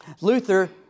Luther